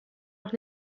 auch